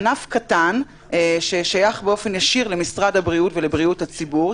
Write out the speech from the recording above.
ענף קטן ששייך באופן ישיר למשרד הבריאות ולבריאות הציבור,